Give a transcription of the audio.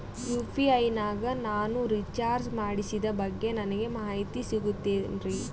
UPI ನಾಗ ನಾನು recharge ಮಾಡಿಸಿದ ಬಗ್ಗೆ ನನಗೆ ಮಾಹಿತಿ ಸಿಗುತೇನ್ರೀ?